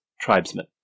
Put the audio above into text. tribesmen